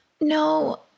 No